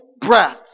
breath